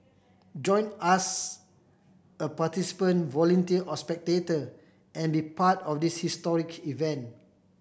join us a participant volunteer or spectator and be part of this historic event